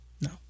No